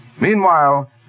Meanwhile